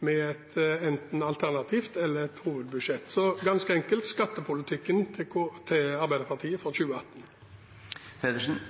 med enten et alternativt budsjett eller et hovedbudsjett, så ganske enkelt: skattepolitikken til Arbeiderpartiet for 2018.